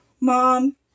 Mom